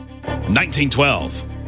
1912